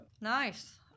Nice